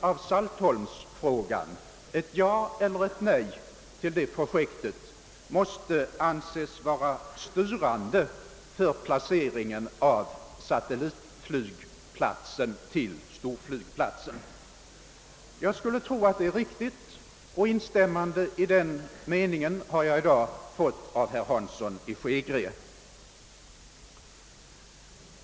Jag sade redan då att ett ja eller ett nej till Saltholm-projektet måste anses vara styrande för placeringen av storflygplatsens satellitflygplats. Jag skulle tro att det är riktigt, och instämmande i den meningen har jag i dag fått av herr Hansson i Skegrie.